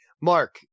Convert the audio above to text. mark